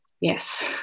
Yes